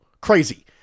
crazy